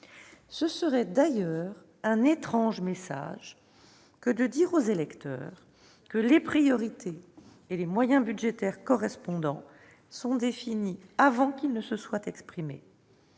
Ce serait d'ailleurs un étrange message que de dire aux électeurs que les priorités et les moyens budgétaires correspondants sont définis avant qu'ils se soient exprimés